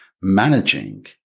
managing